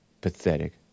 Pathetic